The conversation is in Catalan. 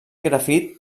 grafit